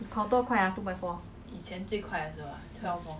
twenty minutes okay lah